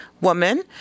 woman